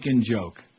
joke